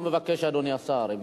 מה מבקש אדוני השר?